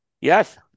Yes